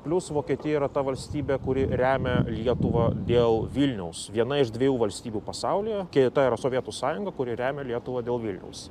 plius vokietija yra ta valstybė kuri remia lietuvą dėl vilniaus viena iš dviejų valstybių pasaulyje kita yra sovietų sąjunga kuri remia lietuvą dėl vilniaus